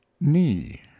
Knee